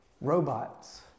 robots